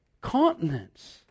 Continents